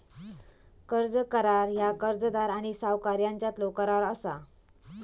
कर्ज करार ह्या कर्जदार आणि सावकार यांच्यातलो करार असा